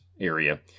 area